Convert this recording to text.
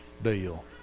deal